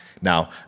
Now